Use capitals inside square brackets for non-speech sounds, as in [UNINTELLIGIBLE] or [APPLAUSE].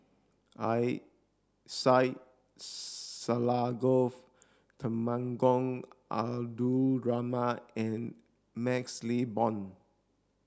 [UNINTELLIGIBLE] Syed Alsagoff Temenggong Abdul Rahman and MaxLe Blond